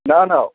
না না